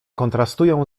kontrastują